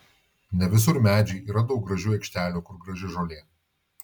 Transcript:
ne visur medžiai yra daug gražių aikštelių kur graži žolė